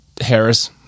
Harris